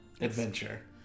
adventure